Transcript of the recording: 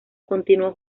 continuó